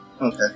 Okay